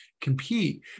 compete